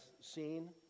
seen